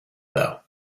though